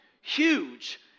huge